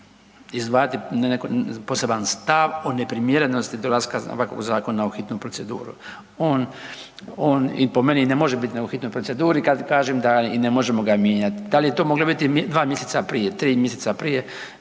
izdvajati poseban stav o neprimjerenosti dolaska ovakvog zakona u hitnu proceduru. On i po meni ne može biti nego u hitnoj proceduri kada kažem da i ne možemo ga mijenjati. Da li je to moglo biti dva mjeseca prije, tri mjeseca prije